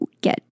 get